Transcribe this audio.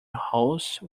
hose